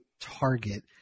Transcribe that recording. target